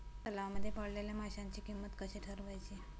तलावांमध्ये पाळलेल्या माशांची किंमत कशी ठरवायची?